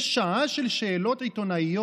אחרי שעה של שאלות עיתונאיות,